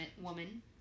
woman